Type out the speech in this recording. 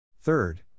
Third